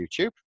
YouTube